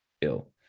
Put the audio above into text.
ill